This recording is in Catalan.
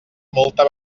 molta